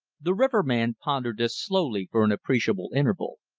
the riverman pondered this slowly for an appreciable interval,